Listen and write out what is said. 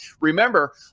Remember